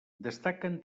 destaquen